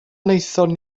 wnaethon